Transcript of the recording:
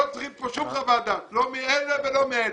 לא צריך כאן חוות דעת, לא מאלה ולא מאלה.